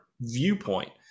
viewpoint